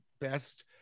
best